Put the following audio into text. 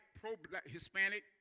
pro-Hispanic